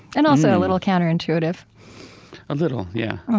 and also a little counterintuitive a little, yeah